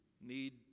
need